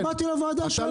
באתי לוועדה, אתה ראש אגף.